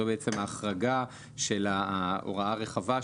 זו בעצם ההחרגה של ההוראה הרחבה,